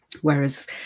Whereas